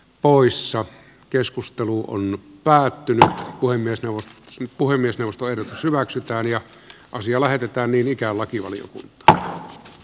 poissa keskustelu on päättynyt kuin myös jos puhemiesneuvosto eli pysyväksi tarja asiolaitetaan sosiaali ja terveysvaliokuntaan